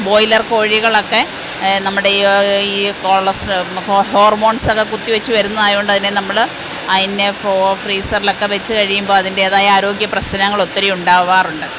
broiler കോഴികളൊക്കെ നമ്മുടെ ഈ കൊളസ് ഹോർമോൺസൊക്കെ കുത്തി വച്ച് വരുന്നതായത് കൊണ്ട് അതിനെ നമ്മള് അതിനെ ഫ്രീസറിലൊക്കെ വച്ച് കഴിയുമ്പോൾ അതിൻ്റെതായ ആരോഗ്യ പ്രശ്നങ്ങളും ഒത്തിരി ഉണ്ടാവാറുണ്ട്